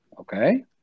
Okay